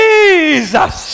Jesus